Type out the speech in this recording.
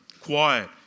quiet